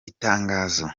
itangazo